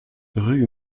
rue